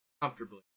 comfortably